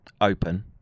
open